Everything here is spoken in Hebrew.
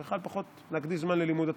יכול היה פחות להקדיש זמן ללימוד התורה.